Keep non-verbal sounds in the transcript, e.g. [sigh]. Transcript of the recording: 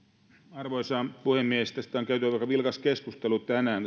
arvoisa puhemies tästä kotouttamislain muutoksesta on käyty aika vilkas keskustelu tänään [unintelligible]